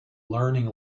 learning